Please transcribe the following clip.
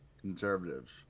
Conservatives